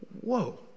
whoa